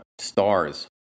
stars